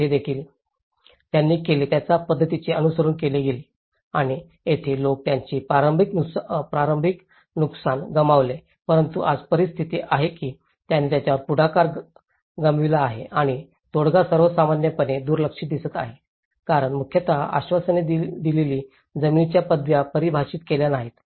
तर येथे देखील त्यांनी केले त्याच पद्धतींचे अनुसरण केले गेले आणि येथे लोक त्यांचे प्रारंभिक नुकसान गमावले परंतु आज परिस्थिती आहे की त्यांनी त्यांचा पुढाकार गमावला आहे आणि तोडगा सर्वसाधारणपणे दुर्लक्षित दिसत आहे कारण मुख्यतः आश्वासने दिलेल्या जमिनीच्या पदव्या परिभाषित केल्या नाहीत